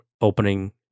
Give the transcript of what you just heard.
opening